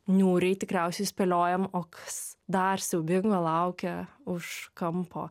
niūriai tikriausiai spėliojam o kas dar siaubingo laukia už kampo